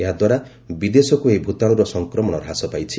ଏହାଦ୍ୱାରା ବିଦେଶକ୍ ଏହି ଭୂତାଣୁର ସଂକ୍ରମଣ ହ୍ରାସ ପାଇଛି